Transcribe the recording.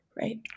right